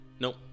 Nope